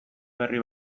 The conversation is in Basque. berri